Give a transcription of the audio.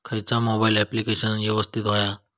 खयचा mobile application यवस्तित होया?